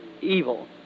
evil